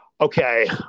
okay